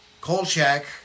Kolchak